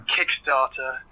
Kickstarter